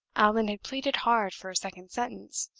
allan had pleaded hard for a second sentence,